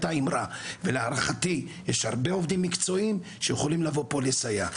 להערכתי יש הרבה עובדים מקצועיים שיכולים להגיע לסייע,